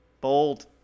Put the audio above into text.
bold